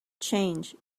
change